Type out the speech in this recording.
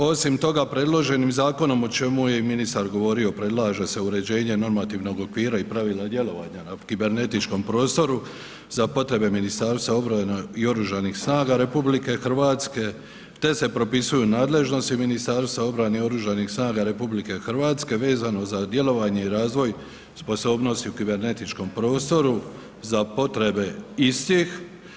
Osim toga, predloženim zakonom o čemu je i ministar govorio predlaže se uređenje normativnog okvira i pravila djelovanja na kibernetičkom prostoru za potrebe Ministarstva obrane i oružanih snaga RH te se propisuju nadležnosti Ministarstva obrane i oružanih snaga RH vezano za djelovanje i razvoj sposobnosti u kibernetičkom prostoru za potrebe istih.